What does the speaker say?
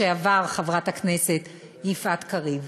חברת הכנסת לשעבר יפעת קריב.